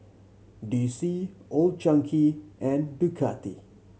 D C Old Chang Kee and Ducati